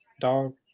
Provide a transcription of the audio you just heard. Dog